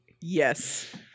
Yes